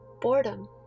Boredom